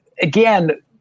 again